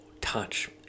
touch